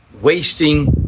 wasting